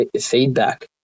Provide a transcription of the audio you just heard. feedback